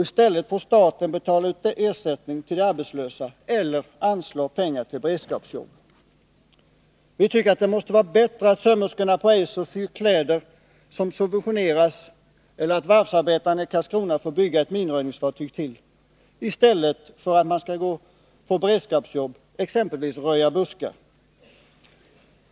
I stället får staten betala ut ersättning till de arbetslösa eller anslå pengar till beredskapsjobb. Det måste vara bättre att sömmerskorna på Eiser syr kläder som subventioneras eller att varvsarbetarna i Karlskrona får bygga ett minröjningsfartyg till — i stället för att man skall få beredskapsjobb, exempelvis röja buskar.